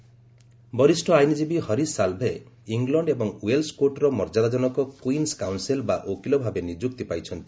ହରୀଶ ସାଲ୍ଭେ ବରିଷ୍ଣ ଆଇନଜୀବୀ ହରୀଶ ସାଲ୍ଭେ ଇଂଲଣ୍ଡ ଏବଂ ୱେଲ୍ସ୍ କୋର୍ଟ୍ର ମର୍ଯ୍ୟାଦାଜନକ କୁଇନ୍ସ୍ କାଉନ୍ସେଲ୍ ବା ଓକିଲ ଭାବେ ନିଯୁକ୍ତି ପାଇଛନ୍ତି